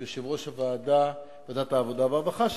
שהוא יושב-ראש ועדת העבודה והרווחה,